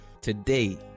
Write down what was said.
Today